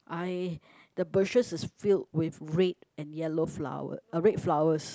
I the bushes is filled with red and yellow flower uh red flowers